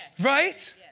Right